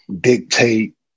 dictate